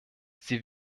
sie